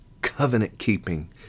covenant-keeping